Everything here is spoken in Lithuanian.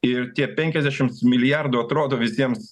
ir tie penkiasdešim milijardų atrodo visiems